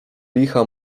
licha